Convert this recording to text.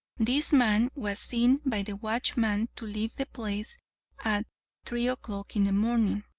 this man was seen by the watchman to leave the place at three o'clock in the morning,